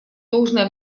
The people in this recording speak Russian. должное